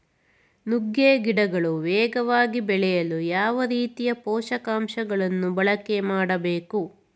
ನುಗ್ಗೆ ಗಿಡಗಳು ವೇಗವಾಗಿ ಬೆಳೆಯಲು ಯಾವ ರೀತಿಯ ಪೋಷಕಾಂಶಗಳನ್ನು ಬಳಕೆ ಮಾಡಬೇಕು?